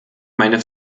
meine